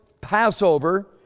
Passover